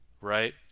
right